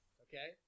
okay